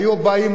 היו באים,